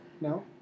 No